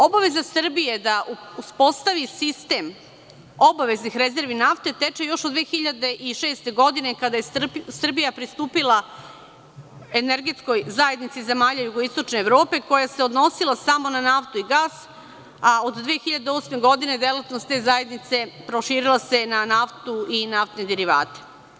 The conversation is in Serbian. Obaveza Srbije da uspostavi sistem obaveznih rezervi nafte teče još od 2006. godine kada je Srbija pristupila Energetskoj zajednici zemalja jugoistočne Evrope, koja se odnosila samo na naftu i gas, a od 2008. godine delatnost te zajednice se proširila na naftu i naftne derivate.